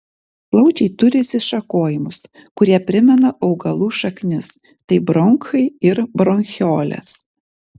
plaučiai turi išsišakojimus kurie primena augalų šaknis tai bronchai ir bronchiolės